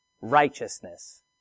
righteousness